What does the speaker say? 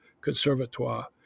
Conservatoire